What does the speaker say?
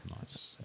Nice